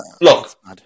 look